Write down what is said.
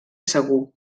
segur